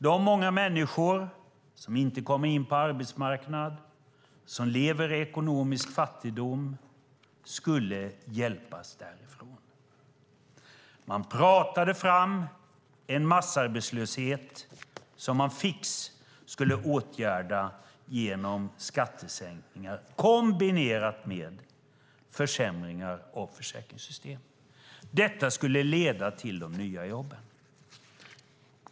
De många människor som inte kom in på arbetsmarknaden och som levde i ekonomisk fattigdom skulle hjälpas därifrån. Man pratade fram en massarbetslöshet som man skulle åtgärda genom skattesänkningar kombinerat med försämringar av försäkringssystemen. Detta skulle leda till de nya jobben.